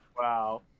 Wow